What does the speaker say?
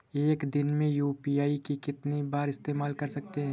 एक दिन में यू.पी.आई का कितनी बार इस्तेमाल कर सकते हैं?